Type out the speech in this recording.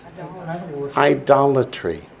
Idolatry